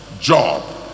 job